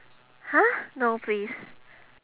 !huh! no please